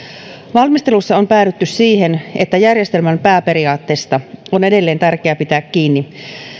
valmistelussa on päädytty siihen että järjestelmän pääperiaatteista on edelleen tärkeää pitää kiinni